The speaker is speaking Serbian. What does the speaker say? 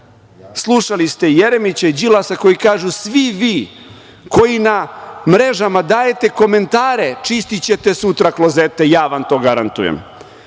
ste Jeremića i Đilasa, koji kažu – svi vi koji na mrežama dajete komentare, čistićete sutra klozete, ja vam to garantujem.